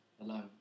alone